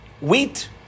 Wheat